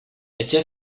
etxe